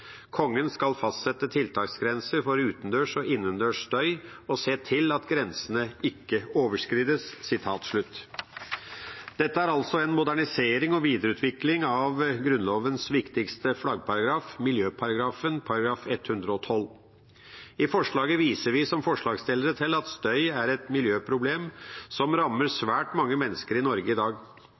Kongen skal fastsette tiltaksgrenser for utendørs og innendørs støy og se til at grensene ikke overskrides.» Dette er altså en modernisering og videreutvikling av Grunnlovens viktigste flaggparagraf, miljøparagrafen, § 112. I forslaget viser vi som forslagsstillere til at støy er et miljøproblem som rammer svært mange mennesker i Norge i dag.